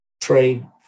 trade